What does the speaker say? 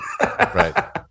right